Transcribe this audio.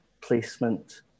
placement